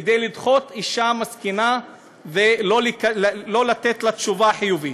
כדי לדחות אישה מסכנה ולא לתת לה תשובה חיובית?